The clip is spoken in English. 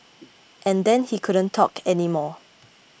and then he couldn't talk anymore